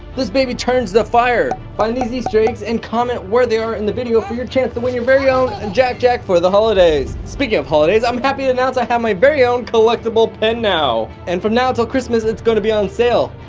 this baby turns to fire. find these easter eggs and comment where they are in the video for your chance to win your very own and jack-jack for the holidays. speaking of holidays, i'm happy to announce i have my very own collectable pin now! and from now until christmas, it's gonna be on sale.